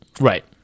Right